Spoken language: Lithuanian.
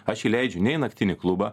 aš įleidžiu nei naktinį klubą